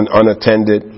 unattended